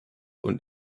und